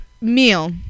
meal